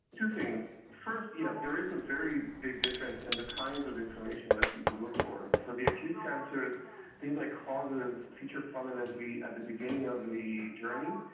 two things. first, yes, there is a very big difference in the kinds of information that people look for. for the acute cancers things like causes feature prominently at the beginning of the journey,